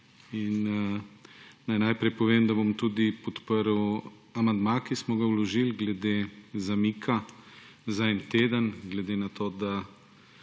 Naj najprej povem, da bom tudi podprl amandma, ki smo ga vložili glede zamika za en teden, glede na to, da